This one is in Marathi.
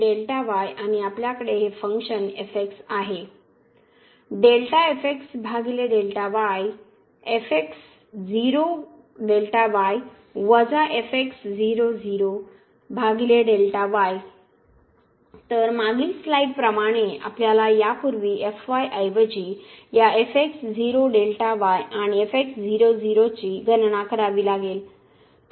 तर हे आणि आपल्याकडे हे फंक्शन आहे तर मागील स्लाइड प्रमाणे आपल्याला यापूर्वी fy ऐवजी या आणि चे गणन करावे लागेल